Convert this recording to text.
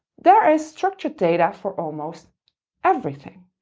there's structured data for almost everything.